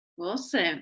Awesome